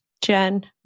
Jen